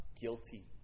guilty